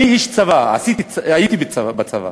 אני איש צבא, הייתי בצבא,